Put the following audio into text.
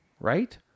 right